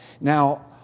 Now